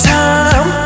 time